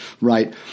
Right